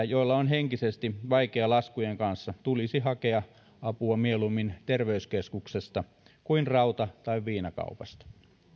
joilla on henkisesti vaikeaa laskujen kanssa tulisi hakea apua mieluummin terveyskeskuksesta kuin rauta tai viinakaupasta